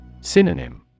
Synonym